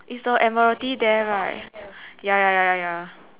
it's the admiralty there right ya ya ya ya ya